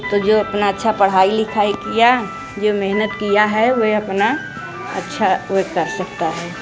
तो जो अपना अच्छा पढ़ाई लिखाई किया जो मेहनत किया है वे अपना अच्छा वे कर सकता है